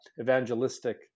evangelistic